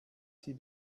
sie